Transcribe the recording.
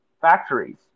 factories